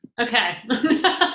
Okay